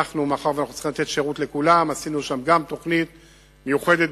מאחר שאנחנו צריכים לתת שירות לכולם עשינו שם תוכנית מיוחדת,